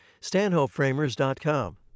stanhopeframers.com